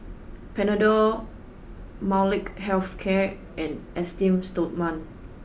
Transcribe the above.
panadol Molnylcke health care and Esteem stoma